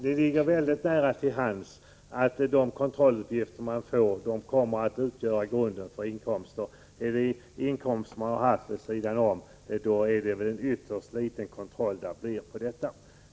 Det ligger mycket nära till hands att tro att de kontrolluppgifter som den skattskyldige får kommer att utgöra grunden för beräkningen av inkomsten. Inkomster som man har vid sidan om lär bli utsatta för en ytterst liten kontroll.